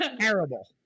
terrible